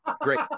Great